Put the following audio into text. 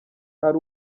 ari